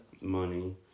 Money